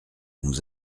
nous